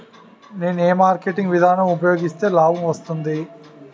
నేను ఏ మార్కెటింగ్ విధానం ఉపయోగిస్తే లాభం వస్తుంది?